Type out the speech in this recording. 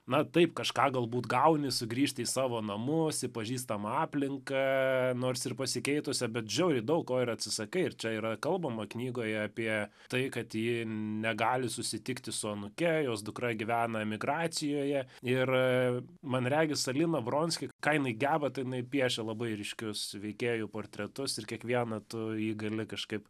na taip kažką galbūt gauni sugrįžti į savo namus į pažįstamą aplinką nors ir pasikeitusią bet žiauriai daug ko ir atsisakai ir čia yra kalbama knygoje apie tai kad ji negali susitikti su anūke jos dukra gyvena emigracijoje ir man regis alina bronskį ką jinai geba tai jinai piešia labai ryškius veikėjų portretus ir kiekvienu tu jį gali kažkaip